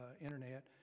Internet